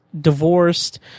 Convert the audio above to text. divorced